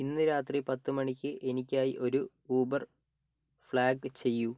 ഇന്ന് രാത്രി പത്ത് മണിക്ക് എനിക്കായി ഒരു ഊബർ ഫ്ലാഗ് ചെയ്യൂ